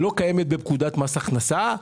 שלא קיימת בפקודת מס הכנסה: